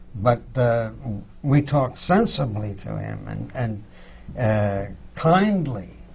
but we talked sensibly to him, and and and kindly.